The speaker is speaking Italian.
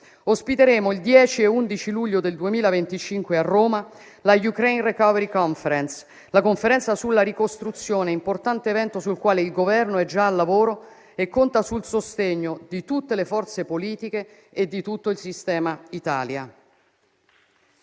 russi. Il 10 e 11 luglio 2025 ospiteremo a Roma la Ukraine recovery conference, la conferenza sulla ricostruzione. Un importante evento sul quale il Governo è già al lavoro, contando sul sostegno di tutte le forze politiche e di tutto il sistema Italia.